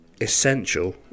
essential